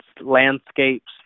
landscapes